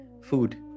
food